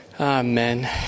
Amen